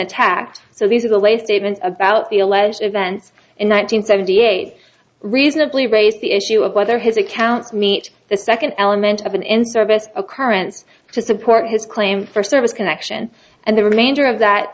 attacked so these are the latest statements about the alleged events in one nine hundred seventy eight reasonably raise the issue of whether his accounts meet the second element of an in service occurrence to support his claim for service connection and the remainder of that